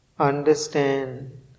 understand